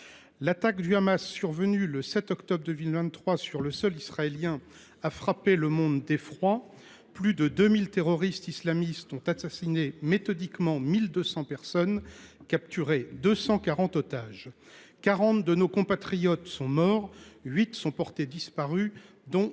L’attaque du Hamas survenue le 7 octobre 2023 sur le sol israélien a frappé le monde d’effroi. Plus de 2 000 terroristes islamistes ont assassiné méthodiquement 1 200 personnes et capturé 240 otages. En outre, 40 de nos compatriotes sont morts et 8 sont portés disparus, dont